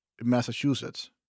Massachusetts